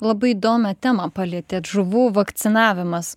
labai įdomią temą palietėt žuvų vakcinavimas